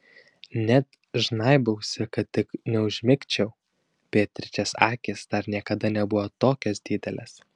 net žnaibausi kad tik neužmigčiau beatričės akys dar niekada nebuvo tokios didelės